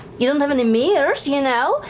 you don't have any mirrors, you know.